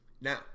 Now